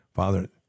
Father